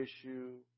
issue